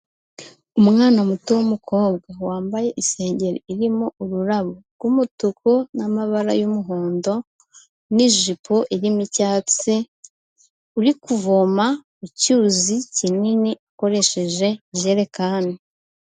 Umwana muto w'umukobwa, wambaye isengeri irimo ururabo rw'umutuku n'amabara y'umuhondo n'ijipo irimo icyatsi, uri kuvoma mu cyuzi kinini ukoresheje ijerekani.